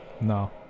No